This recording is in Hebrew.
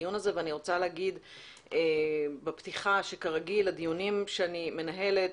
הדיון הזה ואני רוצה לומר בפתיחה שכרגיל הדיונים שאני מנהלת,